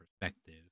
perspective